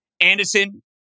Anderson